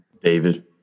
David